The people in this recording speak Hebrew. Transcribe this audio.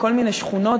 בכל מיני שכונות,